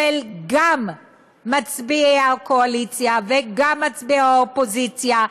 גם של מצביעי הקואליציה וגם של מצביעי האופוזיציה,